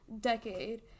decade